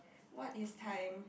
what is time